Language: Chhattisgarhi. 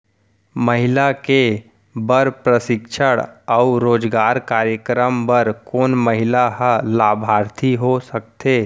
महिला के बर प्रशिक्षण अऊ रोजगार कार्यक्रम बर कोन महिला ह लाभार्थी हो सकथे?